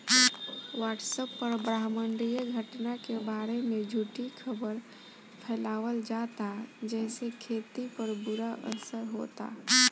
WhatsApp पर ब्रह्माण्डीय घटना के बारे में झूठी खबर फैलावल जाता जेसे खेती पर बुरा असर होता